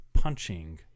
punching